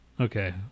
Okay